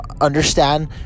understand